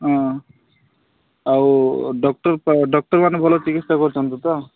ହଁ ଆଉ ଡକ୍ଟର୍ ଡକ୍ଟର୍ମାନେ ଭଲ ଚିକିତ୍ସା କରୁଛନ୍ତି ତ